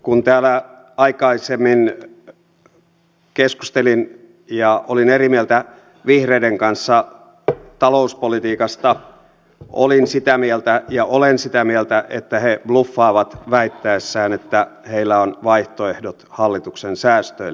kun täällä aikaisemmin keskustelin ja olin eri mieltä vihreiden kanssa talouspolitiikasta olin ja olen sitä mieltä että he bluffaavat väittäessään että heillä on vaihtoehdot hallituksen säästöille